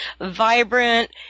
vibrant